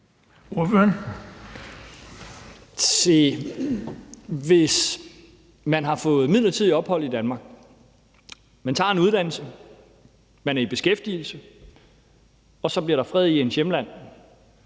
Hvis man har fået midlertidigt ophold i Danmark og tager en uddannelse og er i beskæftigelse, og der så bliver fred i ens hjemland,